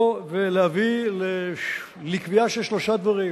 להביא לקביעה של שלושה דברים.